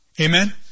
Amen